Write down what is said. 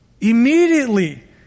Immediately